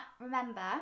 remember